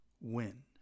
win